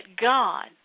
God